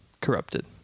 corrupted